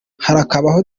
harakabaho